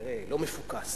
לא מפוקס.